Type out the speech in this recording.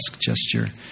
gesture